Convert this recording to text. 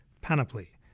panoply